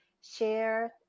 share